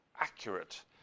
accurate